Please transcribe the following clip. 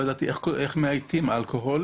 לא ידעתי איך מאייתים אלכוהול,